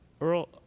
Earl